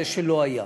שלא היה.